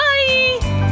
Bye